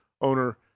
owner